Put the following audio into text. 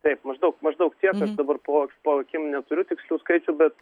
taip maždaug maždaug tiek dabar po a po akim neturiu tikslių skaičių bet